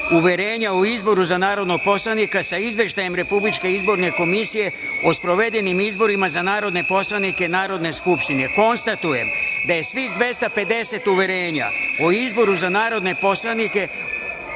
uverenja o izboru za narodnog poslanika sa Izveštajem Republičke izborne komisije o sprovedenim izborima za narodne poslanike Narodne skupštine, konstatujem da je svih 250 uverenja o izboru za narodne poslanike